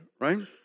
right